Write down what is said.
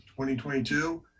2022